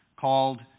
called